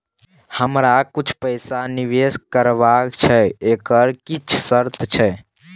हमरा कुछ पैसा निवेश करबा छै एकर किछ शर्त छै?